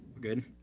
Good